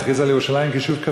תכריז על ירושלים כיישוב כפרי,